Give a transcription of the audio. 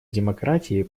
демократии